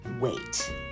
wait